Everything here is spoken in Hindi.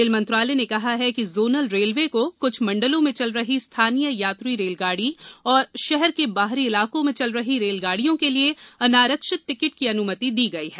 रेल मंत्रालय ने कहा है कि जोनल रेलवे को कुछ मंडलों में चल रही स्थानीय यात्री रेलगाड़ी और शहर के बाहरी इलाकों में चल रही रेलगाड़ियों के लिए अनारक्षित टिकट के अनुमति दी गई है